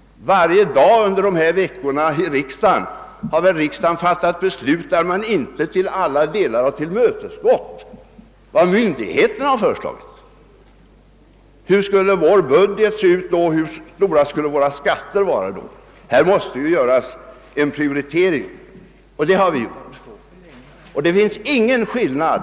Under snart sagt varje dag har ju riksdagen under de senaste veckorna fattat beslut, som inneburit att man inte har till alla delar bifallit vad myndigheterna har föreslagit. Hur skulle vår budget se ut, och hur höga skulle våra skatter vara i dag, om vi hade gjort det? Nej, det har varit nödvändigt att göra en prioritering i detta fall, och det har vi gjort. Det finns ingen skillnad